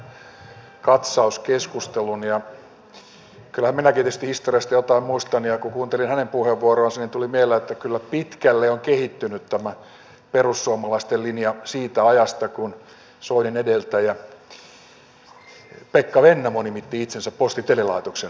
kyllähän minäkin tietysti historiasta jotain muistan ja kun kuuntelin hänen puheenvuoroansa niin tuli mieleen että kyllä pitkälle on kehittynyt tämä perussuomalaisten linja siitä ajasta kun soinin edeltäjä pekka vennamo nimitti itsensä posti ja telelaitoksen pääjohtajaksi